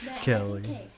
Kelly